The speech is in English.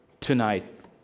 tonight